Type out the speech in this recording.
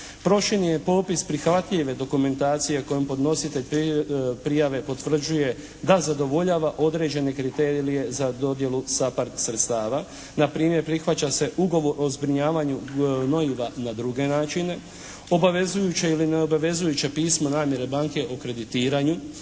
proširen je popis prihvatljive dokumentacije kojom podnositelj prijave potvrđuje da zadovoljava određene kriterije za dodjelu SAPHARD sredstava, npr. prihvaća se ugovor o zbrinjavanju …/Govornik se ne razumije./… na druge načine, obavezujuće ili neobavezujuće pismo namjere banke o kreditiranju,